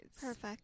Perfect